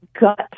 gut